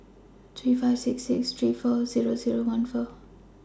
three five six six three four Zero Zero one four